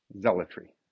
zealotry